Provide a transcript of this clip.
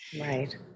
Right